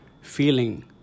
feeling